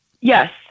Yes